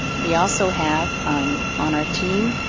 we also have on our team,